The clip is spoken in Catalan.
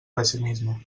pessimisme